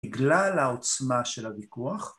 בגלל העוצמה של הוויכוח